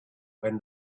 when